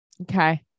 Okay